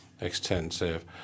extensive